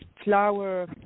flower